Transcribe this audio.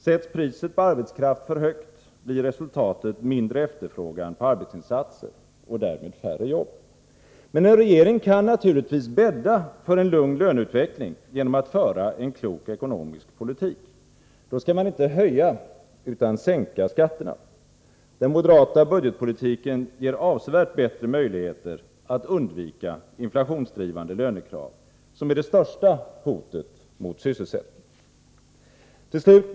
Sätts priset på arbetskraft för högt, blir resultatet lägre efterfrågan på arbetsinsatser och därmed färre jobb. Men en regering kan naturligtvis bädda för en lugn löneutveckling genom att föra en klok ekonomisk politik. Då skall man inte höja utan sänka skatterna. Den moderata budgetpolitiken ger avsevärt bättre möjligheter att undvika inflationsdrivande lönekrav, vilket är det största hotet mot sysselsättningen. Herr talman!